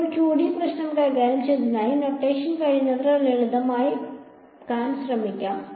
ഇപ്പോൾ ഞങ്ങൾ 2D പ്രശ്നം കൈകാര്യം ചെയ്യുന്നതിനാൽ നൊട്ടേഷൻ കഴിയുന്നത്ര ലളിതമാക്കാൻ ശ്രമിക്കാം